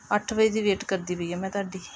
ਅੱਠ ਵਜੇ ਦੀ ਵੇਟ ਕਰਦੀ ਪਈ ਹਾਂ ਮੈਂ ਤੁਹਾਡੀ